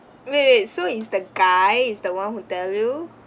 wait wait so is the guy is the one who tell you